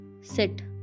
Sit